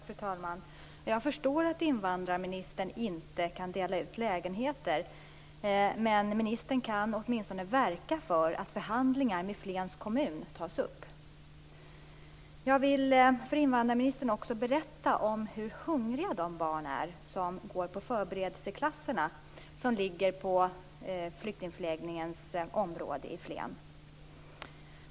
Fru talman! Jag förstår att invandrarministern inte kan dela ut lägenheter, men ministern kan åtminstone verka för att förhandlingar med Flens kommun tas upp. Jag vill för invandrarministern också berätta om hur hungriga de barn är som går i förberedelseklasserna, som ligger på flyktingförläggningens område i Flen.